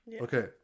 okay